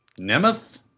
Nemeth